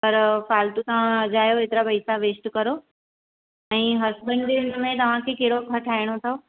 पर फ़ालतूं तव्हां अजायो एतिरा पैसा वेस्ट करो ऐं हसबैंड जे हिन में तव्हांखे कहिड़ो ठाइणो अथव